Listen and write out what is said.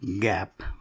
gap